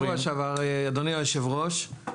אדוני היו"ר,